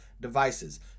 devices